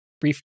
brief